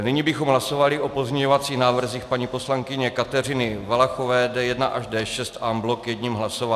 Nyní bychom hlasovali o pozměňovacích návrzích paní poslankyně Kateřiny Valachové D1 až D6 en bloc jedním hlasováním.